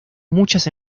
muchas